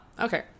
okay